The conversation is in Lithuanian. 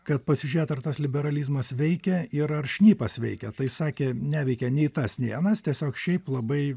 kad pasižiūrėt ar tas liberalizmas veikia ir ar šnipas veikia tai sakė neveikia nei tas nei anas tiesiog šiaip labai